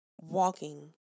walking